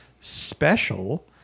special